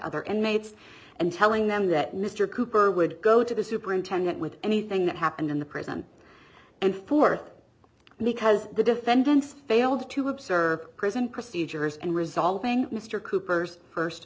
other inmates and telling them that mr cooper would go to the superintendent with anything that happened in the prison and fourth because the defendants failed to observe prison procedures and resolving mr cooper's first